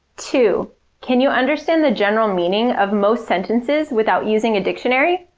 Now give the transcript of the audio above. two can you understand the general meaning of most sentences without using a dictionary?